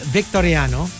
Victoriano